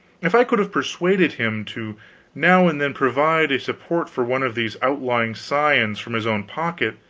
if i could have persuaded him to now and then provide a support for one of these outlying scions from his own pocket,